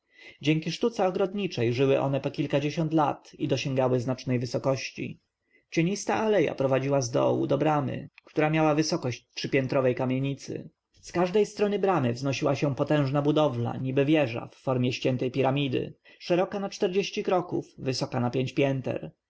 dzięki sztuce ogrodniczej żyły one po kilkadziesiąt lat i dosięgały znacznej wysokości cienista aleja prowadziła zdołu do bramy która miała wysokość trzypiętrowej kamienicy z każdej strony bramy wznosiła się potężna budowla niby wieża w formie ściętej piramidy szeroka na czterdzieści kroków wysoka na pięć pięter